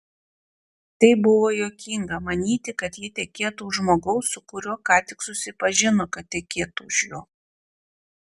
tai buvo juokinga manyti kad ji tekėtų už žmogaus su kuriuo ką tik susipažino kad tekėtų už jo